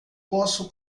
posso